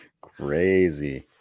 crazy